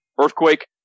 earthquake